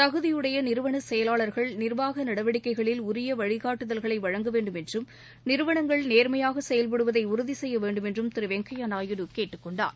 தகுதியுடைய நிறுவன செயலாளர்கள் நிர்வாக நடவடிக்கைகளில் உரிய வழிகாட்டுதல்களை வழங்க வேண்டும் என்றும் நிறுவனங்கள் நேர்மையாக செயல்படுவதை உறுதி செய்ய வேண்டும் என்றும் திரு வெங்கய்யா நாயுடு கேட்டுக் கொண்டார்